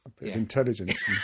intelligence